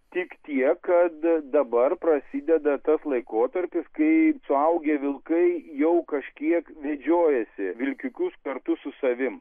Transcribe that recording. tik tiek kad dabar prasideda tas laikotarpis kai suaugę vilkai jau kažkiek vedžiojasi vilkiukus kartu su savim